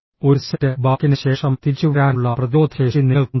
ഒരു സെറ്റ് ബാക്കിന് ശേഷം തിരിച്ചുവരാനുള്ള പ്രതിരോധശേഷി നിങ്ങൾക്കുണ്ടോ